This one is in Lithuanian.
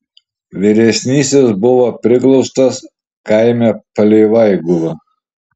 vyresnysis buvo priglaustas kaime palei vaiguvą